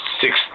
six